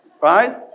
Right